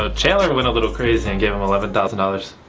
ah chandler and went a little crazy and gave him eleven thousand dollars.